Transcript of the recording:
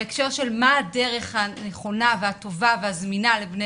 בהקשר של מה הדרך הטובה והנכונה והזמינה לבני